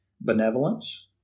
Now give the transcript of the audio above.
benevolence